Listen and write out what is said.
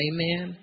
Amen